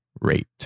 rate